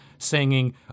Singing